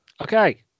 Okay